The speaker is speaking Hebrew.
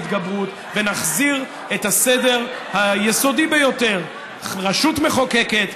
ההתגברות ונחזיר את הסדר היסודי ביותר: רשות מחוקקת,